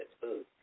food